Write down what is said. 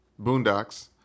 Boondocks